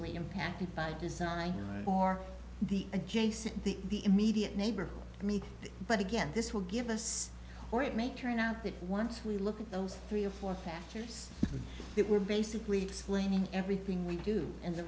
hugely impacted by design for the adjacent the immediate neighborhood but again this will give us or it may turn out that once we look at those three or four factors that we're basically explaining everything we do and the